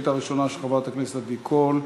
חברת הכנסת עדי קול,